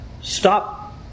stop